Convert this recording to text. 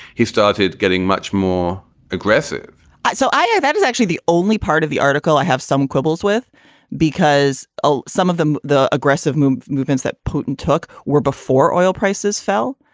he started getting much more aggressive so, yeah, ah that was actually the only part of the article i have some quibbles with because ah some of them, the aggressive movements movements that putin took were before oil prices fell.